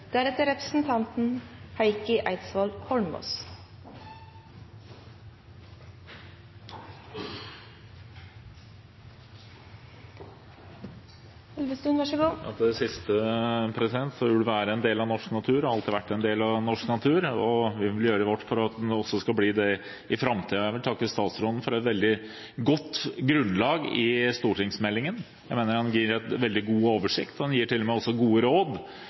til en kort merknad, begrenset til 1 minutt. Til det siste: Ulv er en del av norsk natur og har alltid vært en del av norsk natur, og vi vil gjøre vårt for at den også skal være det i framtiden. Jeg vil takke statsråden for et veldig godt grunnlag i stortingsmeldingen. Jeg mener at han gir en veldig god oversikt. Han gir til og med også gode